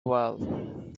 well